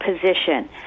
position